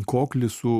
koklį su